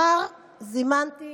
זימנתי